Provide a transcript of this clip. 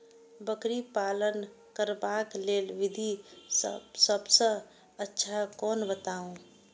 बकरी पालन करबाक लेल विधि सबसँ अच्छा कोन बताउ?